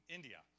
India